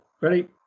ready